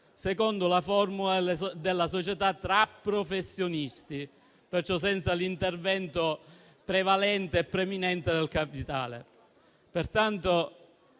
secondo la formula della società tra professionisti, perciò senza l'intervento prevalente del capitale. In